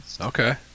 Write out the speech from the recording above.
Okay